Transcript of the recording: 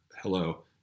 Hello